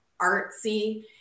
artsy